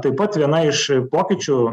taip pat viena iš pokyčių